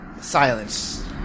silence